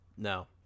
No